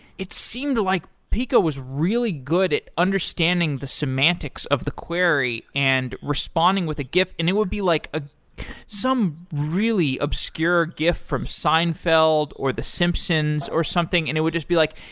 it seemed like peeqo was really good at understanding the semantics of the query and responding with a gif, and it would be like ah some really obscure gif from seinfeld, or the simpsons or something, and it would just be like,